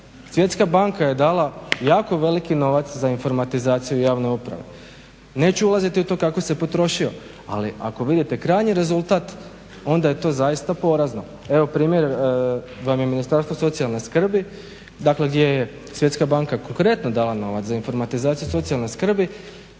Svjetska banka je dala jako veliki novac za informatizaciju javne uprave. Neću ulaziti u to kako se potrošio ali ako vidite krajnji rezultat onda je to zaista porazno. Evo primjer vam je Ministarstvo socijalne skrbi dakle gdje je Svjetska banka konkretno dala novac za informatizaciju socijalne skrbi.